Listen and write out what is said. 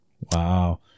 Wow